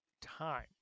time